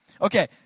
Okay